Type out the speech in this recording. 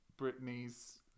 Britney's